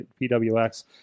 PWX